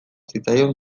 zitzaion